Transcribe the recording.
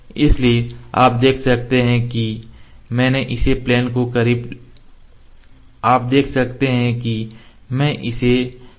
इसलिए आप देख सकते हैं कि मैं इसे प्लेन के करीब लाया हूं